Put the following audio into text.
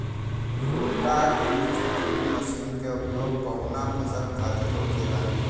रोटा बिज drill machine के उपयोग कऊना फसल खातिर होखेला?